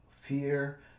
Fear